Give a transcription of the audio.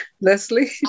leslie